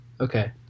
okay